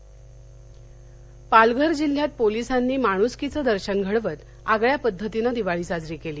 दिवाळी पालघर पालघर जिल्ह्यात पोलिसांनी माणुसकीचं दर्शन घडवत आगळ्या पद्धतीनं दिवाळी साजरी केली